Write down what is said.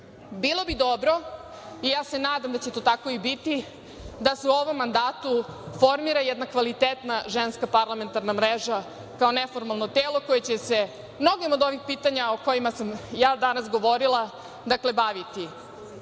bi dobro i ja se nadam da će to tako i biti da se u ovom mandatu formira jedna kvalitetna ženska parlamentarna mreža kao neformalno telo koje će se mnogim od ovih pitanja, o kojima sam ja danas govorila, dakle, baviti. Postoje